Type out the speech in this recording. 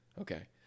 Okay